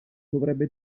dovrebbe